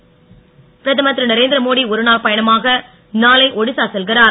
மோடி ஒடிசா பிரதமர் திரு நரேந்திரமோடி ஒருநாள் பயணமாக நாளை ஒடிசா செல்கிறார்